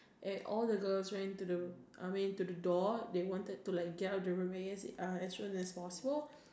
and all the girls ran to the I mean to the door they wanted to like get out of the room as soon as possible